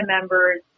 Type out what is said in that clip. members